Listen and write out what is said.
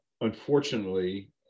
unfortunately